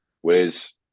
Whereas